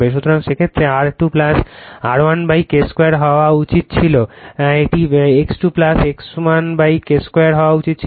সুতরাং সেক্ষেত্রে R2 R1 K 2 হওয়া উচিত ছিল এটি X2 X1 K 2 হওয়া উচিত ছিল